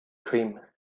cream